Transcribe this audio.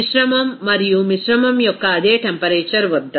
మిశ్రమం మరియు మిశ్రమం యొక్క అదే టెంపరేచర్ వద్ద